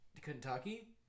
Kentucky